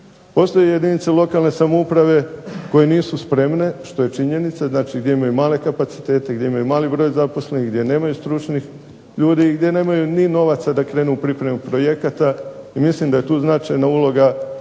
Postoje jedinice lokalne samouprave koje nisu spremne, što je činjenica. Znači, gdje imaju male kapacitete, gdje imaju mali broj zaposlenih, gdje nemaju stručnih ljudi i gdje nemaju ni novaca da krenu u pripremu projekata i mislim da je tu značajna uloga